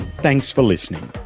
thanks for listening